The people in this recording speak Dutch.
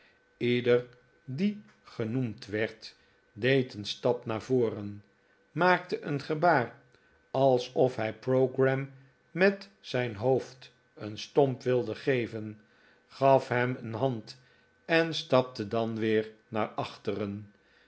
leder die genoemd werd deed een stap naar voren maakte een gebaar alsof hij pogram met zijn hoofd een stomp wilde geven gaf hem een hand en stapte dan weer naar achteren